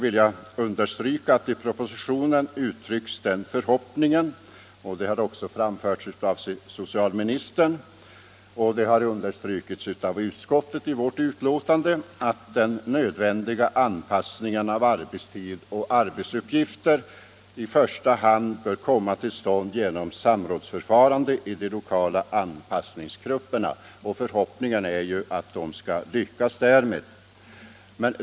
I propositionen uttrycks den förhoppningen — den har också framförts här i dag av socialministern, och den har understrukits av utskottet i dess betänkande — att den nödvändiga anpassningen av arbetstid och arbetsuppgifter i första hand bör komma till stånd genom samrådsförfarande i de lokala anpassningsgrupperna. Det är min förhoppning att de skall lyckas därmed.